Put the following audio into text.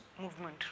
movement